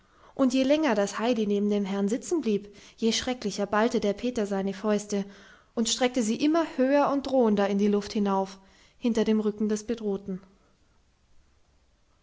und je länger das heidi neben dem herrn sitzen blieb je schrecklicher ballte der peter seine fäuste und streckte sie immer höher und drohender in die luft hinauf hinter dem rücken des bedrohten